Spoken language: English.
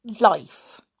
life